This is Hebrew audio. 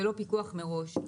לא פיקוח מראש.